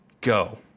go